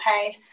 paid